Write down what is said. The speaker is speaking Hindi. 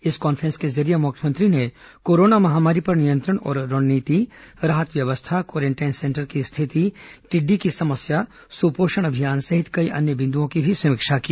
इस कॉन्फ्रेंस के जरिये मुख्यमंत्री ने कोरोना महामारी पर नियंत्रण और रणनीति राहत व्यवस्था क्वारेंटाइन सेंटर की स्थिति टिड्डी की समस्या सुपोषण अभियान सहित अन्य कई अन्य बिंदओं की समीक्षा की